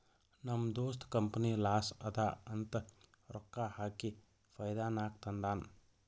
ನಮ್ ದೋಸ್ತ company loss ಅದಾ ಅಂತ ರೊಕ್ಕಾ ಹಾಕಿ ಫೈದಾ ನಾಗ್ ತಂದಾನ್